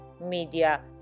media